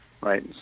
right